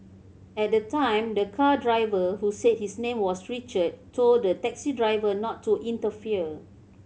at the time the car driver who said his name was Richard told the taxi driver not to interfere